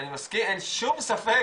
אין שום ספק,